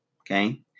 Okay